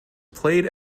played